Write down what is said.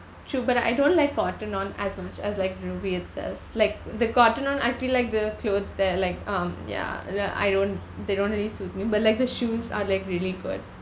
true but I don't like Cotton On as much as like Rubi itself like the Cotton On I feel like the clothes there like um ya ya I don't they don't really suit me but like the shoes are like really good